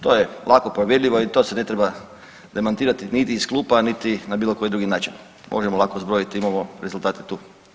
To je lako provjerljivo i to se ne treba demantirati niti iz klupa, niti na bilo koji drugi način, možemo lako zbrojiti, imamo rezultate tu.